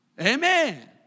Amen